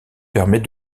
permet